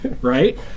right